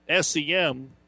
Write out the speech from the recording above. SEM